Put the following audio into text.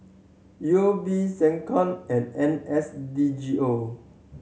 U O B SecCom and N S D G O